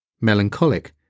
Melancholic